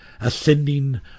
ascending